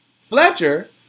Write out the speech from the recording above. Fletcher